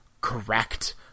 correct